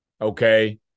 Okay